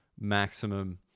maximum